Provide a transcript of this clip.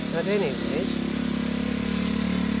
at any rate said mr chester,